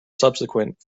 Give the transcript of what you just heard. subsequent